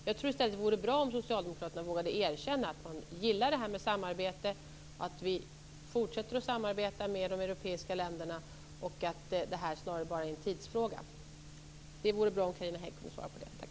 Jag tror i stället att det vore bra om socialdemokraterna vågade erkänna att man gillar detta med samarbete, att vi fortsätter att samarbeta med de europeiska länderna och att detta snarare bara är en tidsfråga. Det vore bra om Carina Hägg kunde svara på detta.